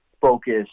focus